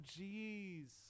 jeez